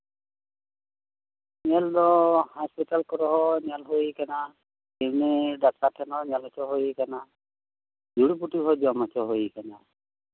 ᱧᱮᱞ ᱫᱚ ᱦᱚᱥᱯᱤᱴᱟᱞ ᱠᱚᱨᱮᱦᱚᱸ ᱧᱮᱞ ᱦᱩᱭ ᱟᱠᱟᱱᱟ ᱮᱢᱱᱤ ᱰᱟᱠᱛᱟᱨ ᱴᱷᱮᱱᱦᱚᱸ ᱧᱮᱞ ᱦᱚᱪᱚ ᱦᱩᱭ ᱟᱠᱟᱱᱟ ᱡᱩᱲᱤᱯᱟᱴᱤ ᱦᱚᱸ ᱡᱚᱢ ᱦᱚᱪᱚ ᱦᱩᱭ ᱟᱠᱟᱱᱟ